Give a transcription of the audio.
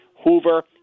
Hoover